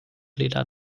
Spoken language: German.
leder